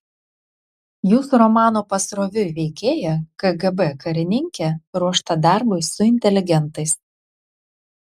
jūsų romano pasroviui veikėja kgb karininkė ruošta darbui su inteligentais